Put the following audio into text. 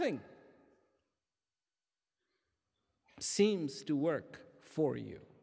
nothing seems to work for you